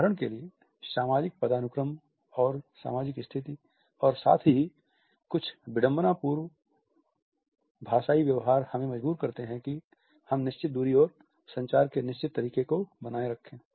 उदाहरण के लिए सामाजिक पदानुक्रम और सामाजिक स्थिति और साथ ही कुछ विडंबनापूर्ण भाषाई व्यवहार हमें मजबूर करते हैं कि हम निश्चित दूरी और संचार के निश्चित तरीके को बनाए रखें